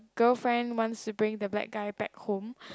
girlfriend wants to bring the black guy back home